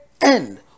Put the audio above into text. end